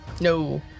No